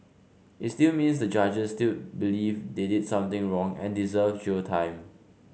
it still means the judges dill believe they did something wrong and deserve jail time